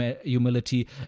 humility